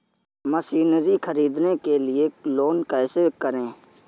Machinery ख़रीदने के लिए लोन कैसे करें?